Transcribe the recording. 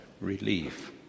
relief